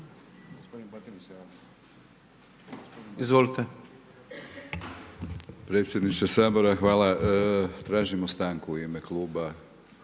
Izvolite